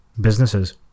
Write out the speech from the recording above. businesses